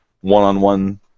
one-on-one